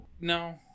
No